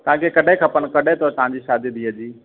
तव्हांखे कॾहिं खपनि कॾहिं अथव तव्हांजी शादी धीउ जी